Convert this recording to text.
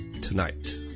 tonight